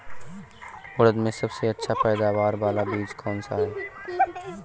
उड़द में सबसे अच्छा पैदावार वाला बीज कौन सा है?